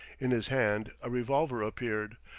in his hand a revolver appeared,